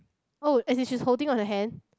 oh as in she's holding on her hand